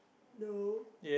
no